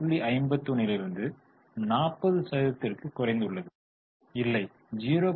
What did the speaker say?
51 லிருந்து 40 சதவீதத்திற்கு குறைந்துள்ளது இல்லை 0